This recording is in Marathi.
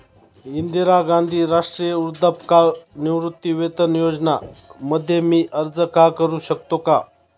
इंदिरा गांधी राष्ट्रीय वृद्धापकाळ निवृत्तीवेतन योजना मध्ये मी अर्ज का करू शकतो का?